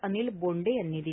अनिल बोंडे यांनी दिली